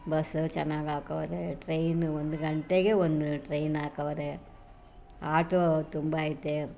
bus ಚೆನ್ನಾಗ್ ಹಾಕವ್ರೆ train ಒಂದು ಗಂಟೆಗೆ ಒಂದು ಟ್ರೈನ್ ಹಾಕವ್ರೆ ಆಟೋ ತುಂಬ ಐತೆ